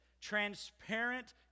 Transparent